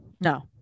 no